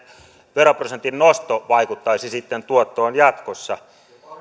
veroprosentin nosto vaikuttaisi tuottoon sitten jatkossa